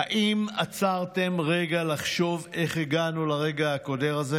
האם עצרתם רגע לחשוב איך הגענו לרגע הקודר הזה?